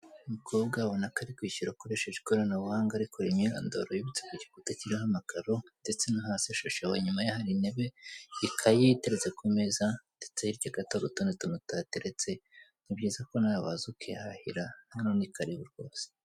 Umukobwa abona ko ari kwishyura akoresheje ikoranabuhanga ariko imyirondoro yanditse ku gikuta kiriho amakaro ndetse no hasi ashasheho, inyuma ye hari intebe ikayi iteretse ku meza ndetse hirya gato hari utundi tuntu tuhateretse ni byiza ko nawe waza ukihahira hano ni karibiu rwose.